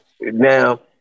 Now